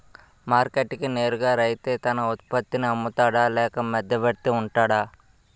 Market కి నేరుగా రైతే తన ఉత్పత్తి నీ అమ్ముతాడ లేక మధ్యవర్తి వుంటాడా?